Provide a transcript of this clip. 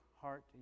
heart